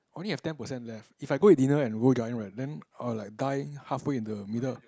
only have ten percent left if I go and dinner and go giant then I will like dying half way in the middle